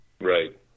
right